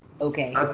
Okay